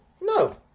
no